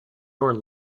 your